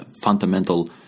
fundamental